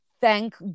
Thank